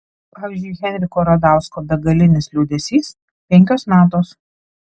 pavyzdžiui henriko radausko begalinis liūdesys penkios natos